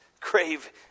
crave